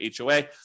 HOA